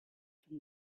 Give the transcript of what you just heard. from